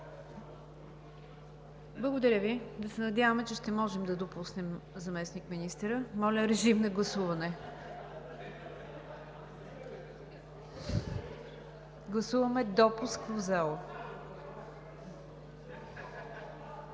Благодаря Ви. Да се надяваме, че ще може да допуснем заместник-министъра. Моля, режим на гласуване за допуск в залата.